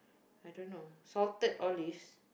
I don't know sorted all list